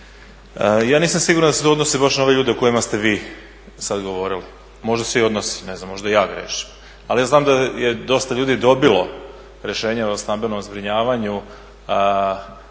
ja nisam siguran da se to odnosi baš na ove ljude o kojima ste vi sada govorili, možda se i odnosi, ne znam možda ja griješim. Ali ja znam da je dosta ljudi dobilo rješenje o stambenom zbrinjavanju